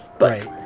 Right